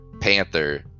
panther